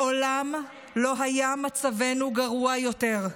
מעולם לא היה מצבנו גרוע יותר,